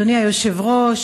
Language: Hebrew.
אדוני היושב-ראש,